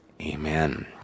amen